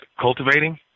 cultivating